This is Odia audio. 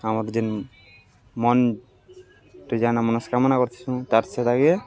ଆମର୍ ଯେନ୍ ମନରେ ଯାାନେ ମନସ୍କାମନା କରିଥିସୁଁ ତାର୍ ସେତ ଆଗେ